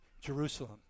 Jerusalem